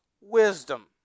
wisdom